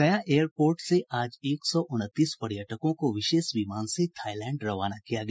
गया एयरपोर्ट से आज एक सौ उनतीस पर्यटकों को विशेष विमान से थाईलैंड रवाना किया गया